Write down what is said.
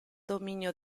dominio